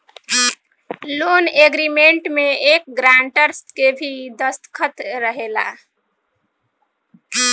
loan agreement में एक grantor के भी दस्तख़त रहेला